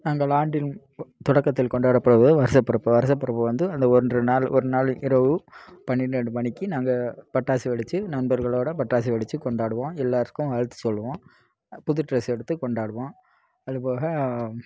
நாங்கள் ஆண்டின் கொ தொடக்கத்தில் கொண்டாடப்படுவது வருஷப் பிறப்பு வருஷப் பிறப்பு வந்து அந்த ஒன்று நாள் ஒரு நாள் இரவு பன்னிரெண்டு மணிக்கு நாங்கள் பட்டாசு வெடிச்சு நண்பர்களோடு பட்டாசு வெடிச்சுக் கொண்டாடுவோம் எல்லோருக்கும் வாழ்த்து சொல்லுவோம் புது ட்ரெஸ் எடுத்து கொண்டாடுவோம் அதுபோக